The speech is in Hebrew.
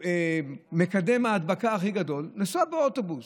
בו מקדם ההדבקה הכי גדול, לנסוע באוטובוס.